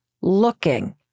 looking